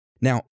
Now